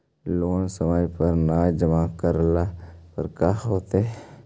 Loan समय पर न जमा करला पर का होतइ?